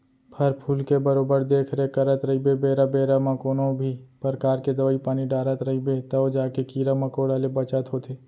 फर फूल के बरोबर देख रेख करत रइबे बेरा बेरा म कोनों भी परकार के दवई पानी डारत रइबे तव जाके कीरा मकोड़ा ले बचत होथे